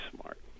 smart